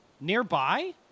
Nearby